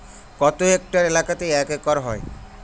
কত হেক্টর এলাকা এক একর হয়?